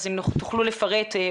אם תוכלו לפרט,